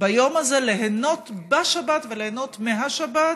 ביום הזה, ליהנות בשבת וליהנות מהשבת,